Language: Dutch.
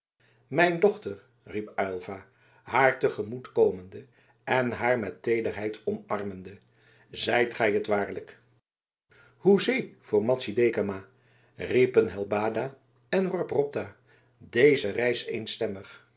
mijn dochter riep aylva haar te gemoet komende en haar met teederheid omarmende zijt gij het waarlijk hoezee voor madzy dekama riepen helbada en worp ropta deze reis eenstemmig